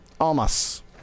Almas